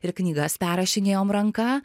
ir knygas perrašinėjom ranka